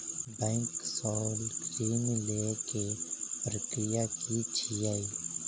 Bank सऽ ऋण लेय केँ प्रक्रिया की छीयै?